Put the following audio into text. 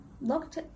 looked